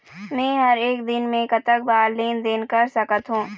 मे हर एक दिन मे कतक बार लेन देन कर सकत हों?